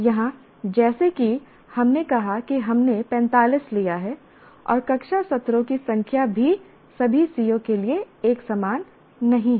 यहां जैसा कि हमने कहा कि हमने 45 लिया है और कक्षा सत्रों की संख्या भी सभी CO के लिए एक समान नहीं है